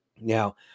Now